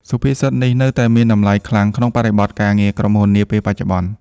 សុភាសិតនេះនៅតែមានតម្លៃខ្លាំងក្នុងបរិបទការងារក្រុមហ៊ុននាពេលបច្ចុប្បន្ន។